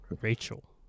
Rachel